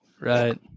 Right